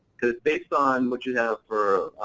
cause based on what you have for